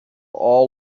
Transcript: all